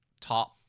top